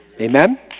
Amen